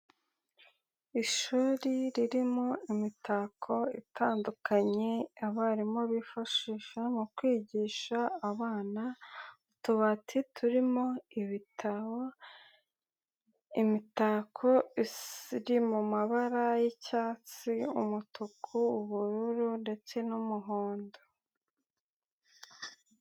Ishuri ririmo imitako itandukanye abarimu bifashisha mu kwigisha abana, utubati turimo ibitabo, imitako isa iri mabara y'icyatsi, umutuku, ubururu ndetse n'umuhondo.